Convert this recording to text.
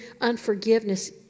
unforgiveness